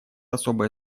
особое